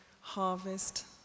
harvest